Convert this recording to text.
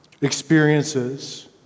experiences